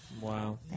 Wow